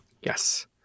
Yes